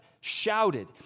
shouted